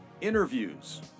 interviews